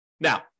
Now